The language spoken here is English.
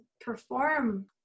perform